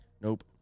Nope